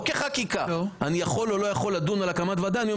ואז